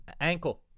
ankle